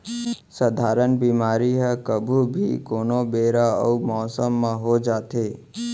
सधारन बेमारी ह कभू भी, कोनो बेरा अउ मौसम म हो जाथे